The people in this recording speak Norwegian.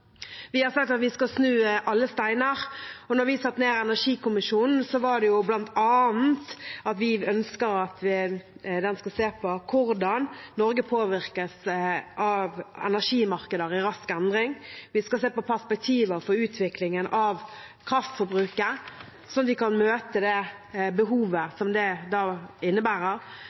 Vi har sagt at vi skal snu alle steiner. Da vi satte ned energikommisjonen, ønsket vi bl.a. at den skulle se på hvordan Norge påvirkes av energimarkeder i rask endring, og på perspektiver for utviklingen av kraftforbruket, slik at vi kan møte det behovet som det innebærer.